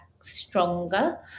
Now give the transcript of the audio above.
stronger